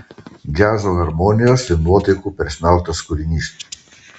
džiazo harmonijos ir nuotaikų persmelktas kūrinys